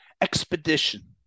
expedition